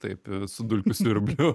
taip su dulkių siurbliu